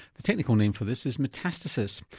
the technical name for this is metastasis.